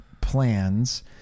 plans